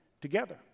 together